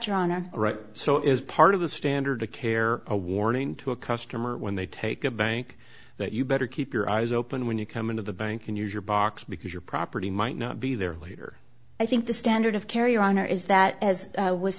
honor right so is part of the standard of care a warning to a customer when they take a bank that you better keep your eyes open when you come into the bank and use your box because your property might not be there later i think the standard of care your honor is that as